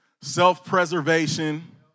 self-preservation